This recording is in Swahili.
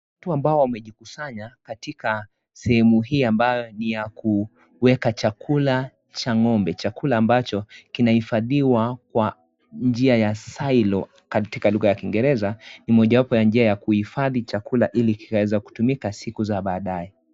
Watu ambao wamejikusanya katika sehemu hii ambapo ni ya kuweka chakula cha ngombe, chakula ambacho kinahifadhiwa kwa njia ya sailo katika lugha ya kingereza, nimojawapo ya njia za kuifadhi chakula ili kikatumika baadaye.